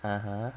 (uh huh)